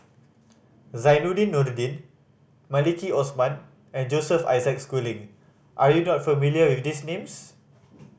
Zainudin Nordin Maliki Osman and Joseph Isaac Schooling are you not familiar with these names